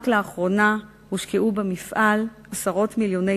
רק לאחרונה הושקעו במפעל עשרות מיליוני